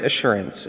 assurance